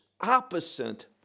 opposite